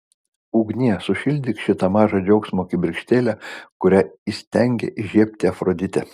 ugnie sušildyk šitą mažą džiaugsmo kibirkštėlę kurią įstengė įžiebti afroditė